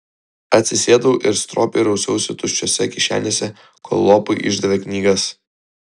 atsisėdau ir stropiai rausiausi tuščiose kišenėse kol lopui išdavė knygas